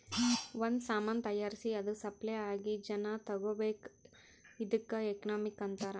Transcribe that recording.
ಒಂದ್ ಸಾಮಾನ್ ತೈಯಾರ್ಸಿ ಅದು ಸಪ್ಲೈ ಆಗಿ ಜನಾ ತಗೋಬೇಕ್ ಇದ್ದುಕ್ ಎಕನಾಮಿ ಅಂತಾರ್